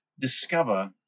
discover